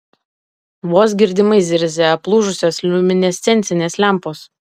vos girdimai zirzia aplūžusios liuminescencinės lempos